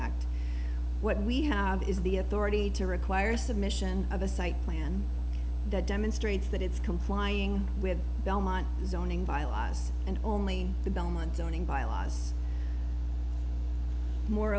act what we have is the authority to require submission of a site plan that demonstrates that it's complying with belmont zoning via lies and only the belmont zoning byelaws